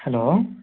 hello